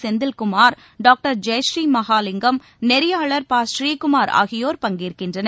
Senthilkumar doctor Jayashree Mahalingam நெறியாளர் பாபநீகுமார் ஆகியோர் பங்கேற்கின்றனர்